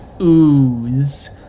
ooze